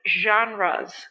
genres